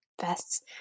vests